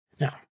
Now